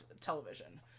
television